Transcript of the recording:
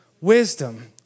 Wisdom